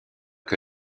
que